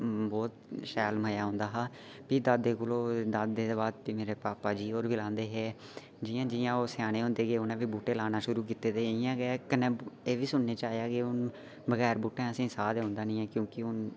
बहुत शैल मजा औंदा हा दादा कोलूं दादे दे बाद मेरे पापा जी होर गलांदे हे केह् जि'यां जि'यां'